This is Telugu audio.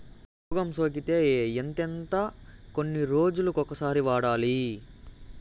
రోగం సోకితే ఎంతెంత ఎన్ని రోజులు కొక సారి వాడాలి?